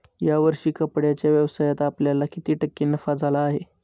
या वर्षी कपड्याच्या व्यवसायात आपल्याला किती टक्के नफा झाला आहे?